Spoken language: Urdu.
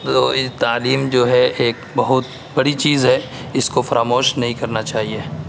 جو یہ تعلیم جو ہے ایک بہت بڑی چیز ہے اس کو فراموش نہیں کرنا چاہیے